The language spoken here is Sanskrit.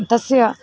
तस्य